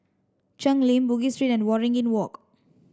Cheng Lim Bugis Street and Waringin Walk